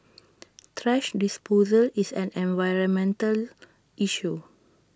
thrash disposal is an environmental issue